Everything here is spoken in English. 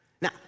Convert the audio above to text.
Now